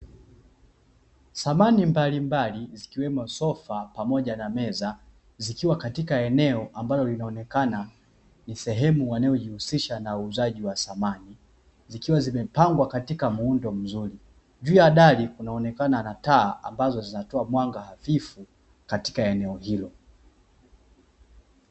Samani mbalimbali zikiwemo sofa pamoja na meza, zikiwa katika eneo ambalo linaloonekana ni sehemu wanaojihusisha na uuzaji wa samani, zikiwa zimepangwa katika muundo mzuri. Juu ya dari kunaonekana na taa; ambazo zinatoa mwanga hafifu katika eneo hilo.